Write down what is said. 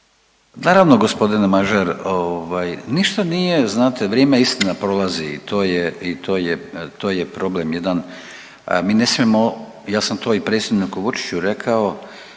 Naravno g. Mažar. Ništa nije, znate, vrijeme, istina, prolazi i to je problem jedan. Mi ne smijemo, ja sam to i predsjedniku Vučiću rekao,